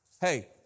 Hey